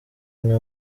umwe